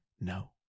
No